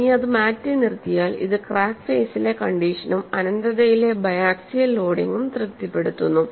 ഇത് മാറ്റി നിർത്തിയാൽ ഇത് ക്രാക്ക് ഫെയ്സിലെ കണ്ടീഷനും അനന്തതയിലെ ബയാക്സിയൽ ലോഡിംഗും തൃപ്തിപ്പെടുത്തുന്നു